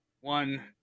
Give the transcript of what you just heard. One